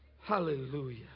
hallelujah